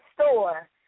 store